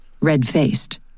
red-faced